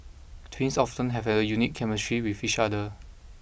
twins often have a unique chemistry with each other